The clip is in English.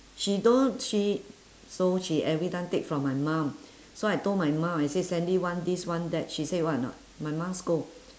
she don't she so she every time take from my mum so I told my mum I say sandy want this want that she say what or not my mum scold